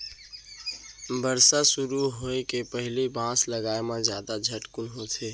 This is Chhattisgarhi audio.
बरसा सुरू होए के पहिली बांस लगाए म जादा झटकुन होथे